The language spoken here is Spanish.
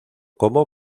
como